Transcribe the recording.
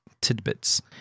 tidbits